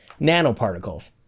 nanoparticles